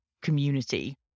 community